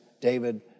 David